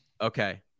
Okay